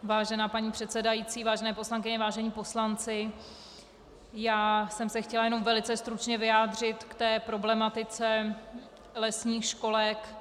Vážená paní předsedající, vážené poslankyně, vážení poslanci, já jsem se chtěla jen velice stručně chtěla vyjádřit k problematice lesních školek.